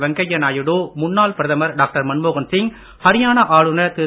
வெங்கையா நாயுடு முன்னாள் பிரதமர் டாக்டர் மன்மோகன் சிங் ஹரியானா ஆளுனர் திரு